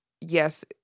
yes